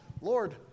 Lord